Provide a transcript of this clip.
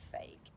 fake